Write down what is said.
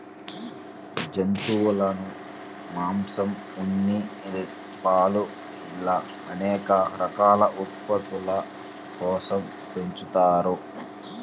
జంతువులను మాంసం, ఉన్ని, పాలు ఇలా అనేక రకాల ఉత్పత్తుల కోసం పెంచుతారు